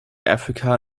africa